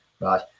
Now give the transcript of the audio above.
Right